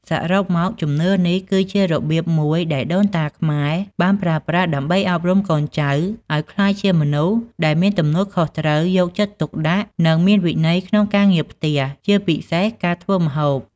សរុបមក ជំនឿនេះគឺជារបៀបមួយដែលដូនតាខ្មែរបានប្រើប្រាស់ដើម្បីអប់រំកូនចៅឱ្យក្លាយជាមនុស្សដែលមានទំនួលខុសត្រូវ យកចិត្តទុកដាក់ និងមានវិន័យក្នុងការងារផ្ទះ ជាពិសេសការធ្វើម្ហូប។